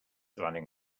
running